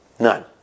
none